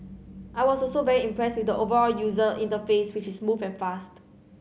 I was also very impressed with the overall user interface which is smooth and fast